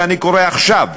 ואני קורא עכשיו